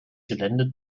gelände